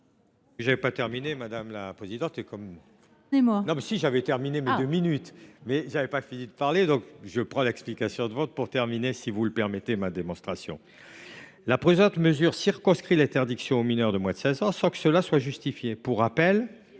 proposons de circonscrire l’interdiction aux mineurs de moins de 16 ans sans que cela soit justifié. Pour rappel,